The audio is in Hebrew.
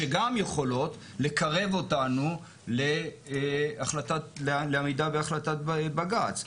שגם יכולות לקרב אותנו לעמידה בהחלטת בג"צ.